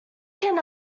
can